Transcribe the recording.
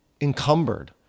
encumbered